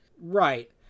Right